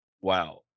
Wow